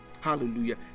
hallelujah